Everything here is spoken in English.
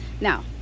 Now